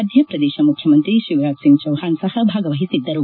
ಮಧ್ಯಪ್ರದೇಶ ಮುಖ್ಯಮಂತ್ರಿ ಶಿವರಾಜ್ ಸಿಂಗ್ ಚೌಹಾಣ್ ಸಹ ಭಾಗವಹಿಸಿದ್ದರು